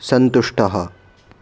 सन्तुष्टः